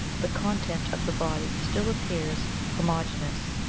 the content of the body still appears homogeneous,